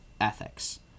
ethics